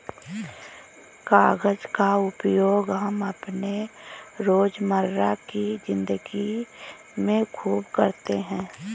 कागज का उपयोग हम अपने रोजमर्रा की जिंदगी में खूब करते हैं